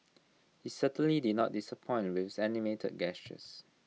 he certainly did not disappoint with his animated gestures